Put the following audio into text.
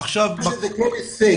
אני חושב שזה כן הישג.